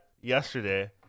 yesterday